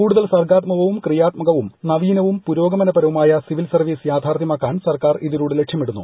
കൂടുതൽ സർഗാത്മകവും ക്രിയാത്മകവും നവീനവും പുരോഗമനപരവുമായ സിവിൽ സർവീസ്സ് ്യൂഥാർത്ഥ്യമാക്കാൻ സർക്കാർ ഇതിലൂടെ ലക്ഷ്യമിടുന്നു